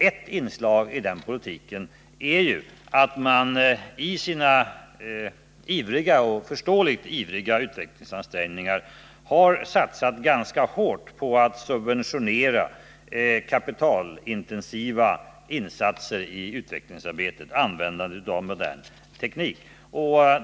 Ett inslag i den politiken är ofta att man i sina förståeligt ivriga utvecklingsansträngningar har satsat ganska hårt på att subventionera sådana kapitalintensiva insatser i utvecklingsarbetet där man använder modern teknik.